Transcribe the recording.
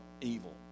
evil